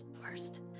Worst